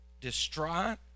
distraught